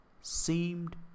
seemed